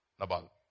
Nabal